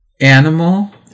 animal